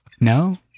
No